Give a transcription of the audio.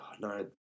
no